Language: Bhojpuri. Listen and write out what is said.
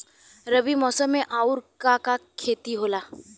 रबी मौसम में आऊर का का के खेती होला?